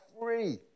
free